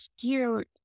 cute